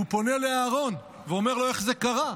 הוא פונה לאהרן ואומר לו: איך זה קרה?